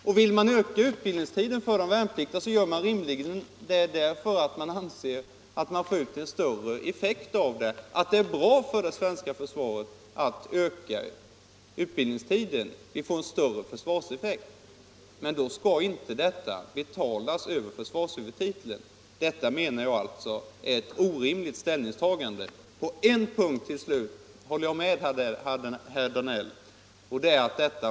En ökning av utbildningstiden för de värnpliktiga görs därför att man anser att en större effekt uppnås, därför att det är bra 161 för det svenska försvaret att öka utbildningstiden och få en större försvarseffekt. Men detta skall då inte betalas över försvarshuvudtiteln, anser tydligen herr Danell. Jag menar att detta är ett orimligt ställningstagande. Till slut vill jag säga att jag på en punkt håller med herr Danell.